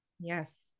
Yes